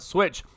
Switch